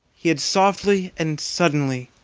he had softly and suddenly